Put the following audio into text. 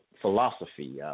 philosophy